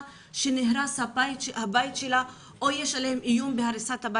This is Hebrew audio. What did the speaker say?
שביתה נהרס או שיש עליה איום להריסתו.